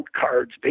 cards